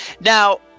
now